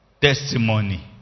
testimony